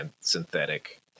synthetic